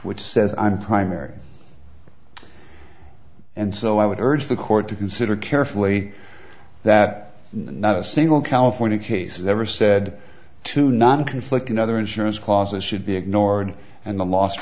which says i'm primary and so i would urge the court to consider carefully that not a single california case is ever said to not conflict and other insurance clauses should be ignored and the last